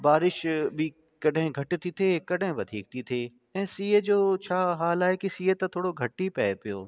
बारिश बि कॾहिं घटि थी थिए कॾहिं वधीक थी थिए ऐं सीअ जो छा हाल आहे की सीउ त थोरो घटि ई पए पियो